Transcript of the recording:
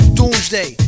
Doomsday